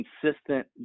consistent